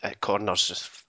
corners